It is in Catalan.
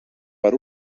per